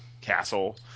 Castle